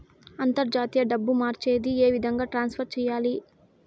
అంతర్జాతీయ డబ్బు మార్చేది? ఏ విధంగా ట్రాన్స్ఫర్ సేయాలి?